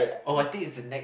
oh I think is the next